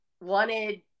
wanted